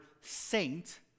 saint